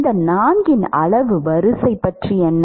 இந்த நான்கின் அளவு வரிசை பற்றி என்ன